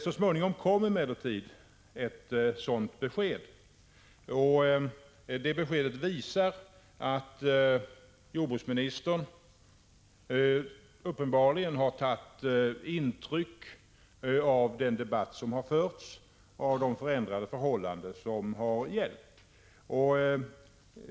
Så småningom kom emellertid ett sådant besked, och det visar att jordbruksministern uppenbarligen har tagit intryck av den debatt som har förts och av de förändrade förhållandena.